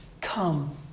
Come